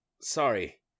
Sorry